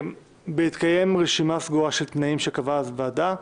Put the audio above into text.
בהתקיים רשימה סגורה של תנאים שקבעה אז הוועדה.